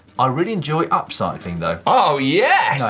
um really enjoy upcycling though. oh, yeah!